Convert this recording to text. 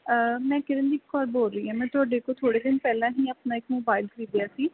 ਮੈਂ ਕਿਰਨਦੀਪ ਕੋਰ ਬੋਲ ਰਹੀ ਹਾਂ ਮੈਂ ਤੁਹਾਡੇ ਤੋਂ ਥੋੜ੍ਹੇ ਦਿਨ ਪਹਿਲਾਂ ਹੀ ਆਪਣਾ ਇੱਕ ਮੋਬਾਇਲ ਖਰੀਦਿਆ ਸੀ